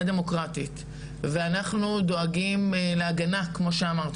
דמוקרטית ואנחנו דואגים להגנה כמו שאמרת,